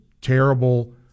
terrible